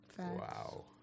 Wow